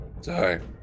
Sorry